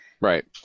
right